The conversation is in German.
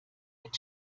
mit